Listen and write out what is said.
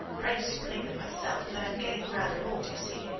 i used to clean them myself, but i'm getting rather old, you see.